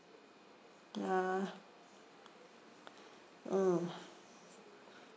ya mm